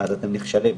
אז אתם נכשלים.